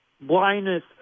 Blindness